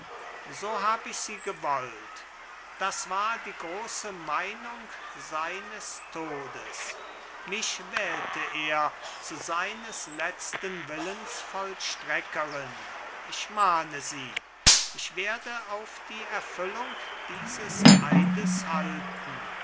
so hab ich sie gewollt das war die große meinung seines todes mich wählte er zu seines letzten willens vollstreckerin ich mahne sie ich werde auf die erfüllung dieses eides halten